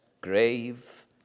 Grave